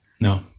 No